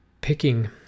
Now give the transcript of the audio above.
picking